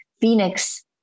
Phoenix